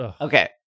Okay